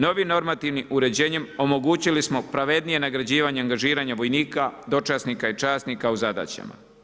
Novim normativnim uređenjem omogućili smo pravednije nagrađivanje angažiranje vojnika, dočasnika i časnika u zadaćama.